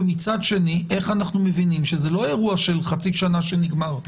ומצד שני איך אנחנו מבינים שזה לא אירוע של חצי שנה שנגמר.